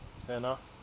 hannah